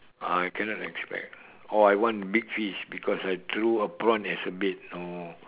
ah you cannot expect oh I want big fish because I threw a prawn as a bait no